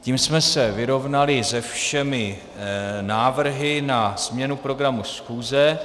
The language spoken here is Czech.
Tím jsme se vyrovnali se všemi návrhy na změnu programu schůze.